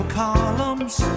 columns